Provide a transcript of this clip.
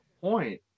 point